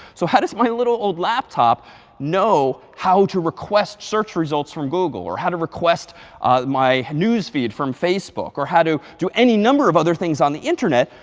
so how does one little old laptop know how to request search results from google or how to request my news feed from facebook or how to do any number of other things on the internet?